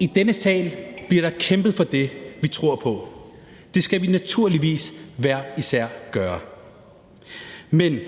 I denne sal bliver der kæmpet for det, vi tror på, og det skal vi naturligvis hver især gøre. Men